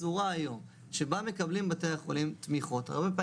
צר מצב שבו אם בית חולים במשך כמה שנים